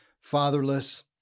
fatherless